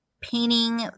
painting